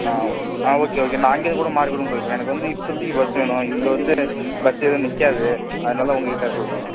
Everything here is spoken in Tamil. ஆ ஆ ஓகே ஓகே நான் அங்கேயிருந்து கூட மாரிறிக் கூட போய்ப்பேன் எனக்கு வந்து இப்போதைக்கி பஸ் வேணும் இங்கே வந்து பஸ்ஸு எதுவும் நிற்காது அதனால் உங்கக்கிட்டே சொல்கிறேன் நான்